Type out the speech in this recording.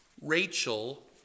Rachel